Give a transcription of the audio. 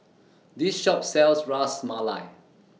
This Shop sells Ras Malai